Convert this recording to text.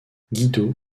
guido